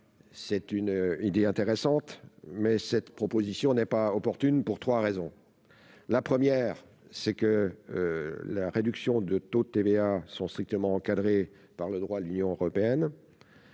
c'est une idée intéressante, mais cette proposition n'est pas opportune pour 3 raisons : la première, c'est que la réduction de taux de TVA sont strictement encadrées par le droit, l'Union européenne,